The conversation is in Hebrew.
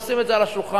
נשים את זה על השולחן,